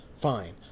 Fine